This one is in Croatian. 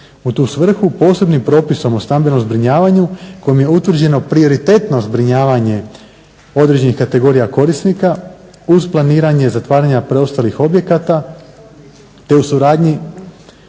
U tu svrhu posebnim propisom o stambenom zbrinjavanju kojim je utvrđeno prioritetno zbrinjavanje određenih kategorija korisnika uz planiranje zatvaranja preostalih objekata te u suradnji